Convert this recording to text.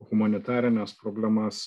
humanitarines problemas